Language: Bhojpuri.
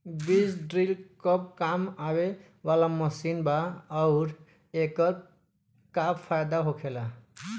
बीज ड्रील कब काम आवे वाला मशीन बा आऊर एकर का फायदा होखेला?